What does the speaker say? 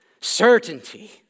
certainty